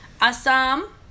Assam